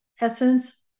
essence